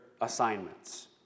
assignments